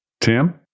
Tim